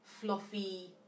fluffy